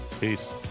peace